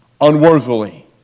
unworthily